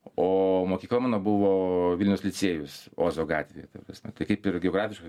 o mokykla mano buvo vilniaus licėjus ozo gatvėje ta prasme tai kaip ir geografiškai